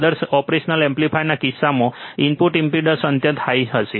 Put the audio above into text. આદર્શ ઓપરેશનલ એમ્પ્લીફાયરના કિસ્સામાં ઇનપુટ ઇમ્પેડન્સ અત્યંત હાઈ હશે